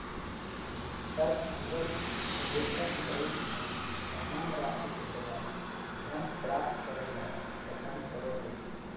तर्कसंगत निवेशक भविष्य में समान राशि के बजाय धन प्राप्त करे ल पसंद करो हइ